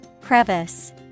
Crevice